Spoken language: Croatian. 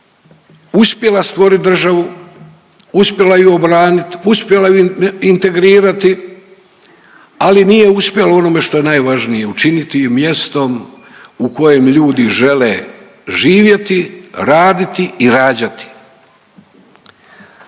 uspjela stvorit državu, uspjela ju obranit, uspjela ju integrirati, ali nije uspjela u onome što je najvažnije, učiniti je mjestom u kojem ljudi žele živjeti, raditi i rađati.